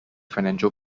financial